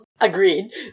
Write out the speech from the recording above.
Agreed